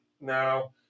No